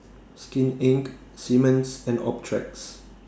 Skin Inc Simmons and Optrex